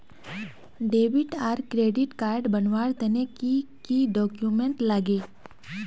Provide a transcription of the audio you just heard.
Debit आर credit card बनवार तने की की डॉक्यूमेंट लागे?